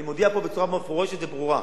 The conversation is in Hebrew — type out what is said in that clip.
אני מודיע פה, בצורה מפורשת וברורה: